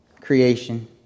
creation